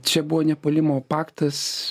čia buvo nepuolimo paktas